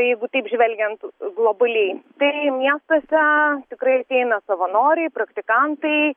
jeigu taip žvelgiant globaliai tai miestuose tikrai ateina savanoriai praktikantai